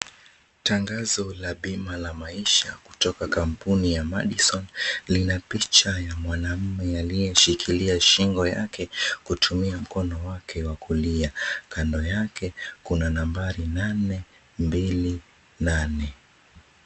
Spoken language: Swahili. Tangazo la bima la maisha kutoka kampuni ya Madison lina picha ya mwanaume aliyeshikilia shingo yake kutumia mkono wake wa kulia. Kando yake kuna nambari nane, mbili, nane.